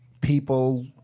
people